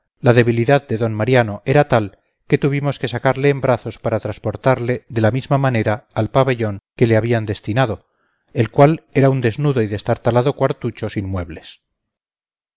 la debilidad de d mariano era tal que tuvimos que sacarle en brazos para trasportarle de la misma manera al pabellón que le habían destinado el cual era un desnudo y destartalado cuartucho